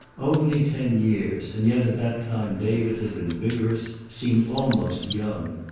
only ten years, and yet at that time david had been vigorous, seemed almost young.